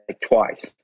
twice